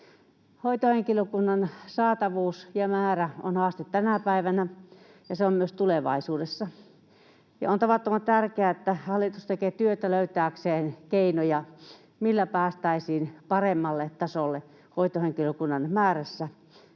Hoitohenkilökunnan saatavuus ja määrä ovat haaste tänä päivänä ja myös tulevaisuudessa. On tavattoman tärkeää, että hallitus tekee työtä löytääkseen keinoja, millä päästäisiin paremmalle tasolle hoitohenkilökunnan määrässä